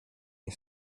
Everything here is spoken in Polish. nie